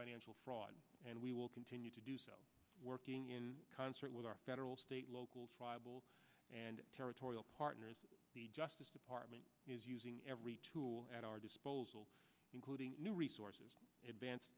financial fraud and we will continue to do so working in concert with our federal state local tribal and territorial partners the justice department is using every tool at our disposal including new resources advanced